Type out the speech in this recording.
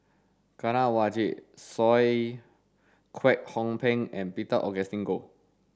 Kanwaljit Soin Kwek Hong Png and Peter Augustine Goh